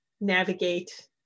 navigate